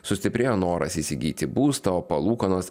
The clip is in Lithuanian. sustiprėjo noras įsigyti būstą o palūkanos